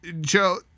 Joe